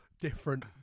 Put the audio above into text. different